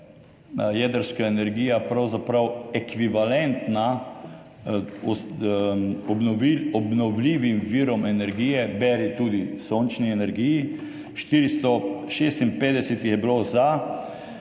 jedrska energija pravzaprav ekvivalentna obnovljivim virom energije, beri tudi sončni energiji. 456 jih je bilo za,